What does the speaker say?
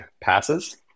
passes